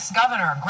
governor